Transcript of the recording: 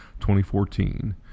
2014